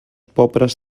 pobres